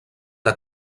que